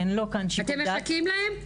אין לו כאן --- אתם מחכים להם?